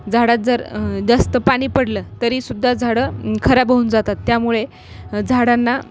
झाडात जर जास्त पाणी पडलं तरीसुद्धा झाडं खराब होऊन जातात त्यामुळे झाडांना